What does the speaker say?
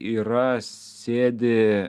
yra sėdi